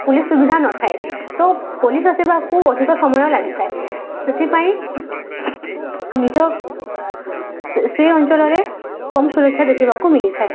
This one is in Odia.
ପୋଲିସ୍ ସୁବିଧା ନଥାଏ ତ ପୋଲିସ୍ ଆସିବାକୁ ଅଧିକ ସମୟ ଲାଗିଥାଏ ସେଥିପାଇଁ ନିଜ ସେ ଅଞ୍ଚଳରେ କମ୍ ସୁରକ୍ଷା ଦେଖିବାକୁ ମିଳିଥାଏ